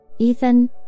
Ethan